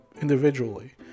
individually